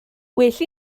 well